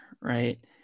Right